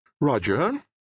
Roger